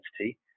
identity